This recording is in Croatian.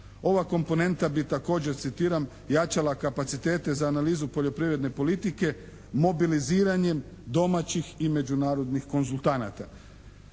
Ova komponenta bi također, citiram «jačala kapacitete za analizu poljoprivredne politike mobiliziranjem domaćih i međunarodnih konzultanata.»